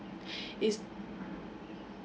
is